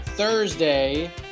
Thursday